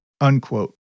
unquote